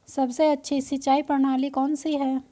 सबसे अच्छी सिंचाई प्रणाली कौन सी है?